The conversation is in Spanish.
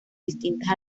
distintas